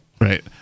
Right